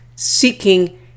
seeking